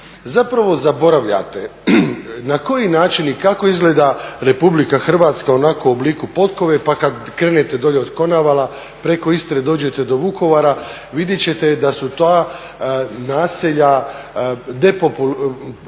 Zapravo zaboravljate na koji način i kako izgleda Republika Hrvatska onako u obliku potkove pa kad krenete dolje od Konavala preko Istre dođete do Vukovara, vidjet ćete da su ta naselja populacijski